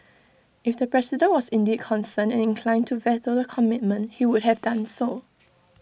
if the president was indeed concerned and inclined to veto the commitment he would have done so